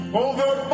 over